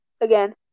Again